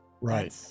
Right